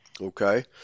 okay